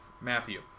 Matthew